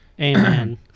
amen